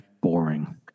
boring